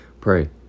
pray